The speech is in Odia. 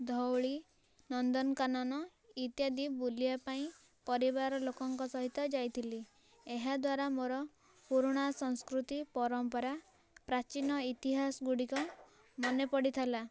ଧଉଳି ନନ୍ଦନ କାନନ ଇତ୍ୟାଦି ବୁଲିବା ପାଇଁ ପରିବାର ଲୋକ ଙ୍କ ସହିତ ଯାଇଥିଲି ଏହା ଦ୍ୱାରା ମୋର ପୁରୁଣା ସଂସ୍କୃତି ପରମ୍ପରା ପ୍ରାଚୀନ ଇତିହାସ ଗୁଡ଼ିକ ମାନେ ପଡ଼ିଥିଲା